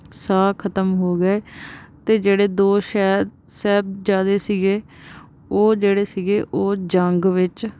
ਸਾਹ ਖਤਮ ਹੋ ਗਏ ਅਤੇ ਜਿਹੜੇ ਦੋ ਸ਼ੈਹ ਸਾਹਿਬਜ਼ਾਦੇ ਸੀਗੇ ਉਹ ਜਿਹੜੇ ਸੀਗੇ ਉਹ ਜੰਗ ਵਿੱਚ